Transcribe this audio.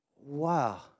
wow